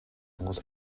монгол